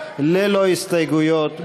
ללא הסתייגויות,